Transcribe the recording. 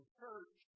church